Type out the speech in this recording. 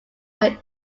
are